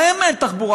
להם אין תחבורה.